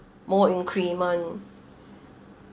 more increment